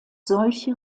solche